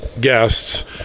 guests